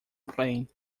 playing